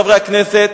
חברי הכנסת,